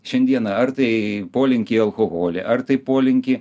šiandieną ar tai polinkį į alkoholį ar tai polinkį